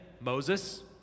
Moses